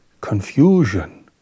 confusion